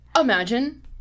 Imagine